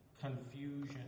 confusion